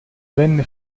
venne